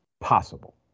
possible